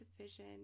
vision